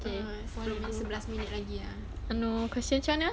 ah following sebelas minit lagi ah